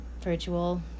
virtual